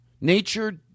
nature